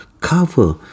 cover